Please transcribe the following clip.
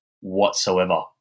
whatsoever